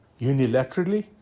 unilaterally